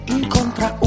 incontra